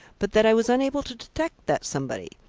but that i was unable to detect that somebody.